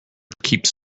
keeps